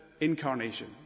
incarnation